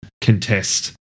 contest